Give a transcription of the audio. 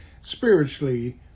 Spiritually